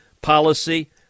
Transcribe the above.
policy